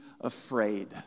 afraid